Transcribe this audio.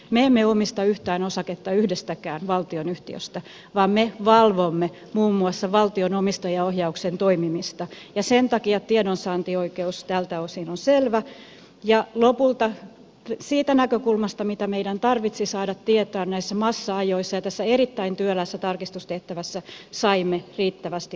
me emme omista yhtään osaketta yhdestäkään valtionyhtiöstä vaan me valvomme muun muassa valtion omistajaohjauksen toimimista ja sen takia tiedonsaantioikeus tältä osin on selvä ja lopulta siitä näkökulmasta mitä meidän tarvitsi saada tietää näissä massa ajoissa ja tässä erittäin työläässä tarkistustehtävässä saimme riittävästi oikeita tietoja